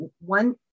one